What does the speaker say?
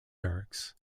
barracks